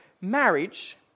Marriage